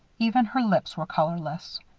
even her lips were colorless.